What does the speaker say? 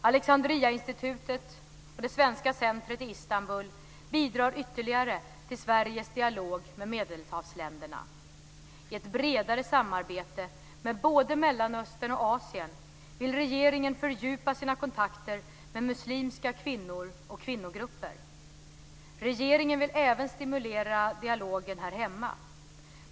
Alexandriainstitutet och det svenska centret i Istanbul bidrar ytterligare till Sveriges dialog med Medelshavsländerna. I ett bredare samarbete, med både Mellanöstern och Asien, vill regeringen fördjupa sina kontakter med muslimska kvinnor och kvinnogrupper. Regeringen vill även stimulera dialogen här hemma.